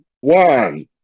one